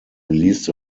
released